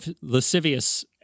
lascivious